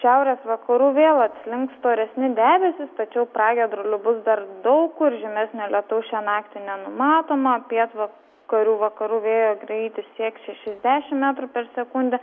šiaurės vakarų vėl atslinks storesni debesys tačiau pragiedrulių bus dar daug kur žymesnio lietaus šią naktį nenumatoma pietva karių vakarų vėjo greitis sieks šešis dešimt metrų per sekundę